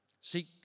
Seek